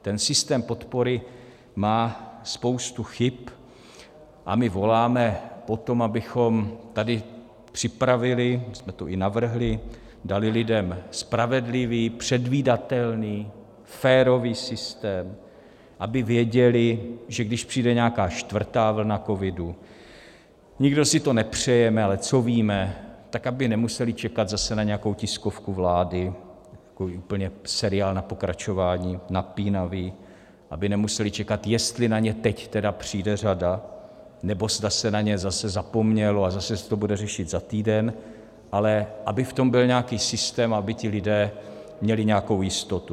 Ten systém podpory má spoustu chyb a my voláme po tom, abychom tady připravili, my jsme to i navrhli, dali lidem spravedlivý, předvídatelný, férový systém, aby věděli, že když přijde nějaká čtvrtá vlna covidu, nikdo si to nepřejeme, ale co víme, tak aby nemuseli čekat zase na nějakou tiskovku vlády, takový úplně seriál na pokračování, napínavý, aby nemuseli čekat, jestli na ně teď tedy přijde řada, nebo zda se na ně zase zapomnělo, a zase se to bude řešit za týden, ale aby v tom byl nějaký systém a aby ti lidé měli nějakou jistotu.